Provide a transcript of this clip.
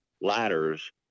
ladders